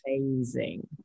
amazing